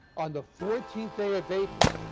on the fourteenth day of april,